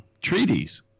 Treaties